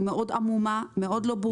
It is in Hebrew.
היא מאוד עמומה ומאוד לא ברורה.